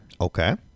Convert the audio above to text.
Okay